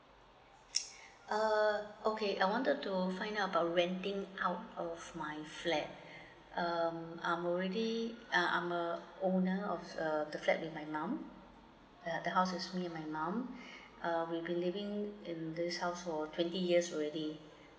uh okay I wanted to find out about renting out of my flat um I'm already um I'm uh owner of the the with my mum uh the house is with me and my mum uh we've been living in this house for twenty years already